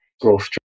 growth